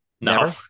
No